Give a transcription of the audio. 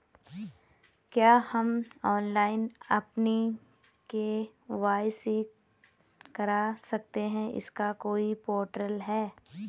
क्या हम ऑनलाइन अपनी के.वाई.सी करा सकते हैं इसका कोई पोर्टल है?